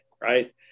Right